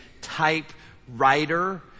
typewriter